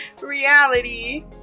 Reality